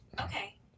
okay